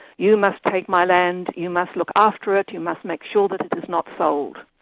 you must take my land, you must look after it, you must make sure that it is not sold.